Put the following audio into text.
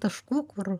taškų kur